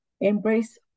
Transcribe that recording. embrace